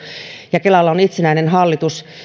ja kelalla on itsenäinen hallitus